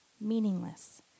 meaningless